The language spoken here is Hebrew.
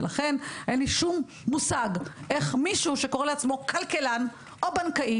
ולכן אין שום מושג איך מישהו שקורא לעצמו כלכלן או בנקאי,